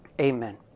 Amen